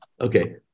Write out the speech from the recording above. Okay